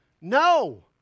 No